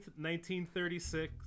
1936